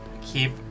Keep